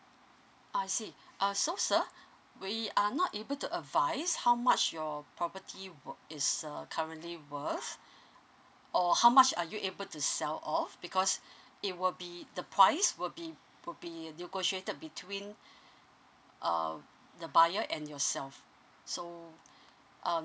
I see uh so sir we are not able to advise how much your property book it's err currently work luh or how much are you able to sell off because it will be the price will be will be negotiated between um the buyer and yourself so um